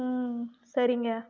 சரிங்க